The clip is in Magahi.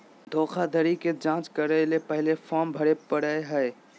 धोखाधड़ी के जांच करय ले पहले फॉर्म भरे परय हइ